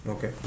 Okay